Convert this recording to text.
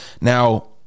Now